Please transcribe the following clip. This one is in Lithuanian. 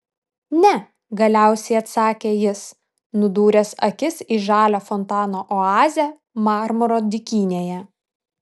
ne galiausiai atsakė jis nudūręs akis į žalią fontano oazę marmuro dykynėje